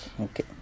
Okay